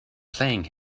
playing